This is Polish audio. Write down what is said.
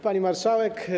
Pani Marszałek!